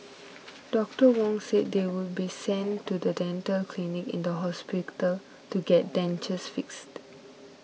Doctor Wong said they would be sent to the dental clinic in the hospital to get dentures fixed